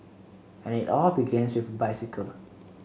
and it all begins with bicycle